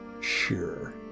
Sure